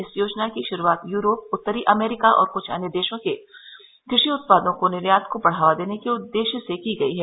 इस योजना की शुरूआत यूरोप उत्तरी अमरीका और क्छ अन्य देशों को कृषि उत्पादों के निर्यात को बढ़ावा देने के उद्देश्य से की गई है